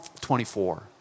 24